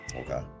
Okay